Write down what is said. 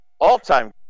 all-time